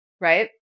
right